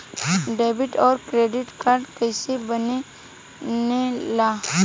Debit और credit card कईसे बने ने ला?